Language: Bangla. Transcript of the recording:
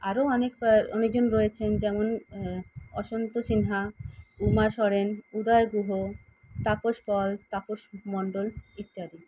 আরও অনেক অনেকজন রয়েছেন যেমন অসন্ত সিনহা উমা সোরেন উদয় গুহ তাপস পল তাপস মণ্ডল ইত্যাদি